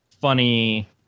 funny